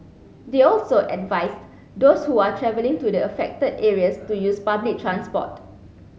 they also advised those who are travelling to the affected areas to use public transport